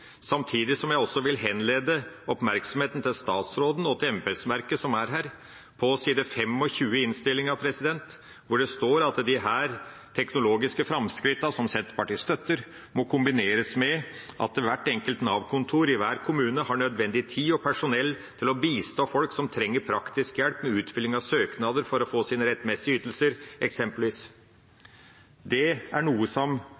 Samtidig vil jeg henlede oppmerksomheten til statsråden og til embetsverket som er her, på side 25 i innstillinga, hvor det står at disse teknologiske framskrittene, som Senterpartiet støtter, må kombineres med at hvert enkelt Nav-kontor i hver kommune «har nødvendig tid og personell til å bistå folk som trenger praktisk hjelp med utfylling av søknader for å få sine rettmessige ytelser», eksempelvis. Det er noe som